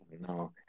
No